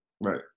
Right